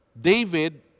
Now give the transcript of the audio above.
David